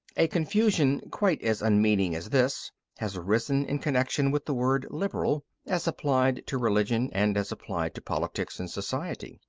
a confusion quite as unmeaning as this has arisen in connection with the word liberal as applied to religion and as applied to politics and society.